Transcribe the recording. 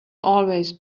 always